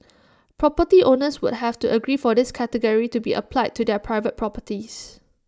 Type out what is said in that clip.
property owners would have to agree for this category to be applied to their private properties